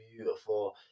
beautiful